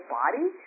body